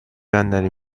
بندری